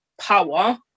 power